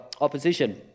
opposition